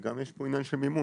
יש פה גם עניין של מימון,